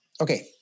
Okay